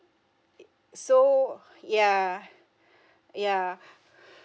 eh so yeah yeah